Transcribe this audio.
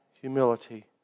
humility